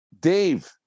Dave